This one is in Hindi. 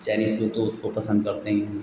चाइनीज़ लोग तो उसको पसंद करते ही हैं